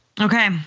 Okay